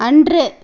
அன்று